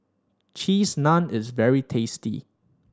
Cheese Naan is very tasty